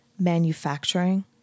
manufacturing